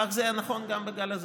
כך זה היה נכון גם בגל הזה,